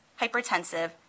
hypertensive